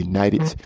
United